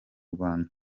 rwanda